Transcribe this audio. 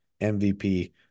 MVP